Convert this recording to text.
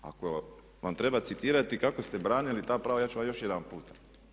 Ako vam treba citirati kako ste branili ta prava ja ću vam još jedan puta.